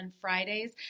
Fridays